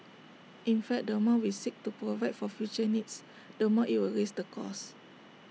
in fact the more we seek to provide for future needs the more IT will raise the cost